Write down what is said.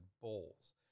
bowls